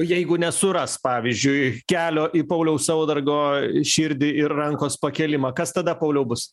jeigu nesuras pavyzdžiui kelio į pauliaus saudargo širdį ir rankos pakėlimą kas tada pauliau bus